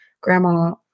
Grandma